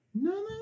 No